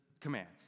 commands